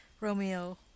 Romeo